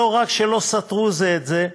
שלא רק שלא סתרו זה את זה,